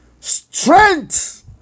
strength